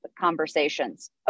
conversations